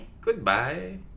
Goodbye